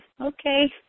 okay